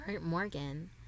Morgan